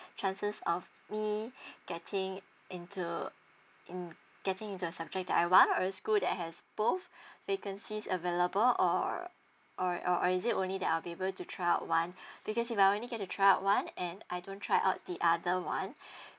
chances of me getting into in getting into the subject that I want or the school that has both vacancies available or or or or is it only that I'll be able to try out one because if I only get to try out one and I don't try out the other one